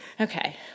Okay